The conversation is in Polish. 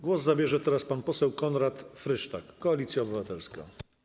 Głos zabierze teraz pan poseł Konrad Frysztak, Koalicja Obywatelska.